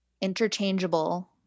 interchangeable